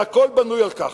הכול בנוי על כך,